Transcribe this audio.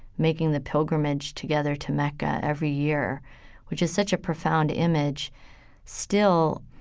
making the pilgrimage together to mecca every year which is such a profound image still,